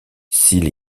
s’il